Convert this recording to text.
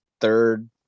third